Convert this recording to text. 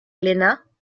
glénat